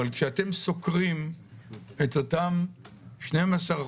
אבל כשאתם סוקרים את אותם 12%,